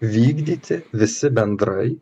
vykdyti visi bendrai